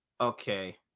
Okay